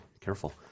careful